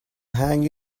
hang